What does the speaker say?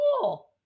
cool